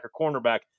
cornerback